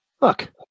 look